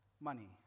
money